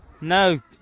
No